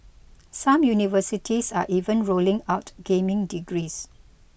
some universities are even rolling out gaming degrees